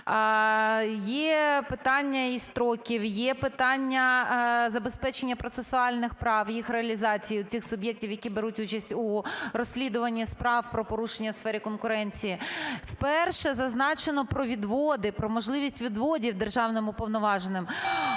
Є питання і строків, є питання забезпечення процесуальних прав, їх реалізації, тих суб'єктів, які беруть участь у розслідуванні справ про порушення у сфері конкуренції. Вперше зазначено про відводи, про можливість відводів державним уповноваженим.